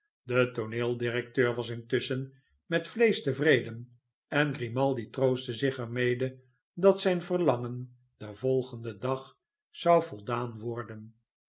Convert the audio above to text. de tooneel directeur was intusschen met vleesch tevreden en grimaldi troostte zich er mede dat zijn verlangen den voigenden dag zou voldaan worden